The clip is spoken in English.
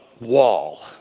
wall